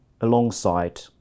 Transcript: alongside